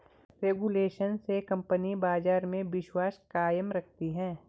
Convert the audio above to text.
regulation से company बाजार में विश्वास कायम रखती है